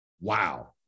wow